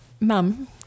Mum